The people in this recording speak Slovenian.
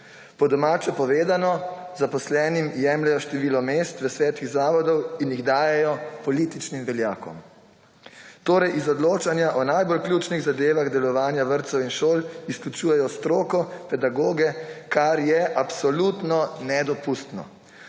Po domače povedano zaposlenim jemljejo število mest v svetih zavodov in jih dajejo političnim veljakom. Torej iz odločanja o najbolj ključnih zadevah delovanja vrtcev in šol izključujejo stroko, pedagoge, kar je absolutno nedopustno.